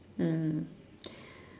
mm